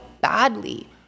badly